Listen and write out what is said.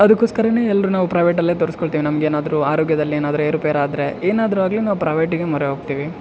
ಅದಕ್ಕೋಸ್ಕರವೇ ಎಲ್ರೂ ನಾವು ಪ್ರೈವೇಟಲ್ಲೇ ತೋರಿಸ್ಕೊಳ್ತೀವಿ ನಮಗೆ ಏನಾದ್ರೂ ಆರೋಗ್ಯದಲ್ಲಿ ಏನಾದ್ರೂ ಏರುಪೇರಾದರೆ ಏನಾದ್ರೂ ಆಗಲಿ ನಾವು ಪ್ರೈವೇಟಿಗೆ ಮೊರೆ ಹೋಗ್ತೀವಿ